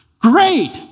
Great